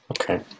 Okay